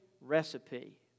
recipe